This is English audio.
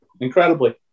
Incredibly